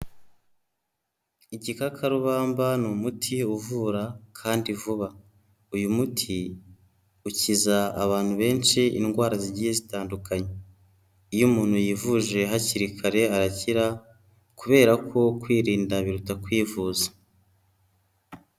Igikakarubamba ni umuti uvura kandi vuba, uyu muti ukiza abantu benshi indwara zigiye zitandukanye, iyo umuntu yivuje hakiri kare arakira kubera ko kwirinda biruta kwivuza.